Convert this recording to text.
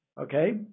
Okay